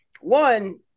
one